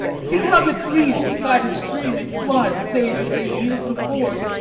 see how the trees beside a stream in flood save, if they yield to force,